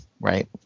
Right